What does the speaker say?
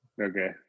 Okay